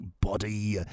body